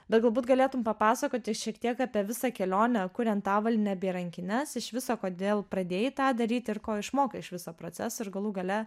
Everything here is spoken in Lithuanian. bet galbūt galėtum papasakoti šiek tiek apie visą kelionę kuriant avalynę bei rankines iš viso kodėl pradėjai tą daryti ir ko išmokai iš viso proceso ir galų gale